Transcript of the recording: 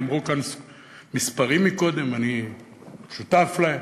נאמרו כאן מספרים קודם, ואני שותף להם.